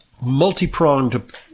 multi-pronged